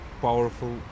powerful